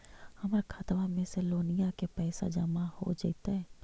हमर खातबा में से लोनिया के पैसा जामा हो जैतय?